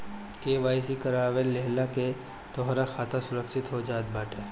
KYC करवा लेहला से तोहार खाता सुरक्षित हो जात बाटे